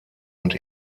und